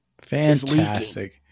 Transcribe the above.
Fantastic